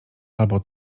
albo